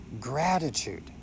gratitude